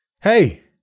Hey